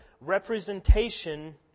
representation